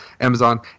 Amazon